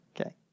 Okay